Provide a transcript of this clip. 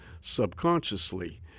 Subconsciously